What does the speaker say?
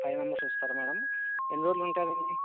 five members వస్తారా madam ఎన్ని రోజులు ఉంటారండి